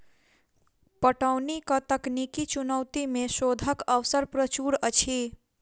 पटौनीक तकनीकी चुनौती मे शोधक अवसर प्रचुर अछि